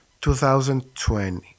2020